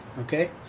Okay